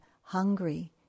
hungry